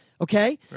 Okay